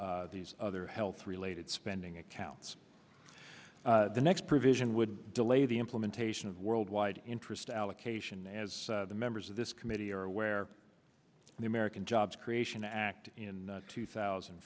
these these other health related spending accounts the next provision would delay the implementation of worldwide interest allocation as the members of this committee are aware the american jobs creation act in two thousand